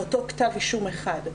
לאותו כתב אישום אחד.